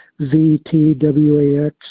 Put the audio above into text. VTWAX